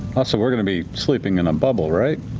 also, we're going to be sleeping in a bubble, right?